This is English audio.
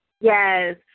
Yes